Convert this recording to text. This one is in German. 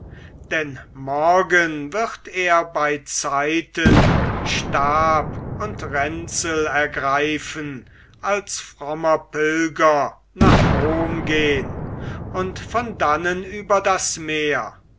denn morgen wird er beizeiten stab und ränzel ergreifen als frommer pilger nach rom gehn und von dannen über das meer